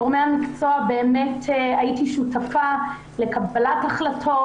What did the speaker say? הייתי שותפה לקבלת החלטות,